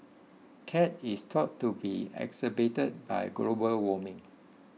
cat is thought to be exacerbated by global warming